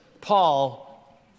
Paul